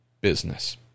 business